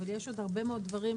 אבל יש עוד הרבה מאוד דברים.